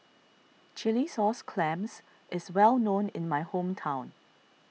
Chilli Sauce Clams is well known in my hometown